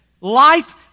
life